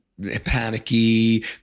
panicky